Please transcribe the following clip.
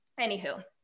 anywho